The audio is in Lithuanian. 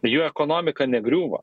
jų ekonomika negriūva